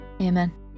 amen